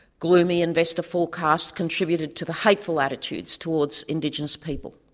gloomy investor forecasts contributed to the hateful attitudes towards indigenous people.